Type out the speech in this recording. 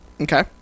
Okay